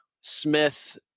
Smith